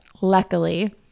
Luckily